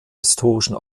historischen